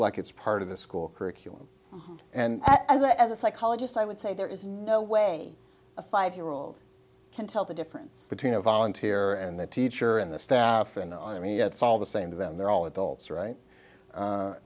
like it's part of the school curriculum and that as a psychologist i would say there is no way a five year old can tell the difference between a volunteer and the teacher and the staff and i mean it's all the same to them they're all adults right